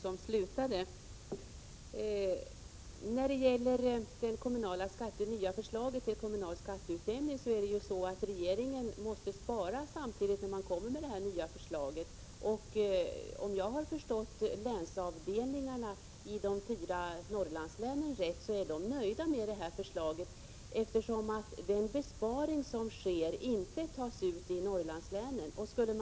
Herr talman! Låt mig börja med Görel Thurdin. När det gäller det nya förslaget till kommunal skatteutjämning förhåller det sig ju så att regeringen måste spara samtidigt som den kommer med det här förslaget. Om jag har förstått länsavdelningarna i de fyra Norrlandslänen rätt är de nöjda med förslaget, eftersom den besparing som sker inte tas ut i Norrlandslänen.